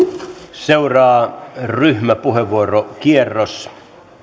seuraa ryhmäpuheenvuorokierros